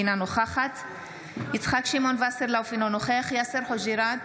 אינה נוכחת יצחק שמעון וסרלאוף, אינו נוכח